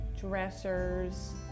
dressers